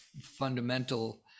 fundamental